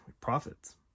profits